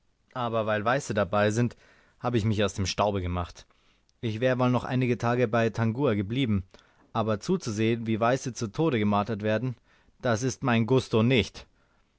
aber weil weiße dabei sind habe ich mich aus dem staube gemacht ich wäre wohl noch einige tage bei tangua geblieben aber zuzusehen wie weiße zu tode gemartert werden das ist mein gusto nicht